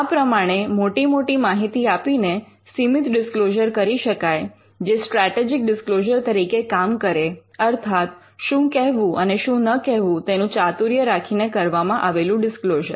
આ પ્રમાણે મોટી મોટી માહિતી આપીને સીમિત ડિસ્ક્લોઝર કરી શકાય જે સ્ટ્રેટેજિક ડિસ્ક્લોઝર તરીકે કામ કરે અર્થાત શું કહેવું અને શું ન કહેવું તેનું ચાતુર્ય રાખીને કરવામાં આવેલું ડિસ્ક્લોઝર